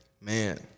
Man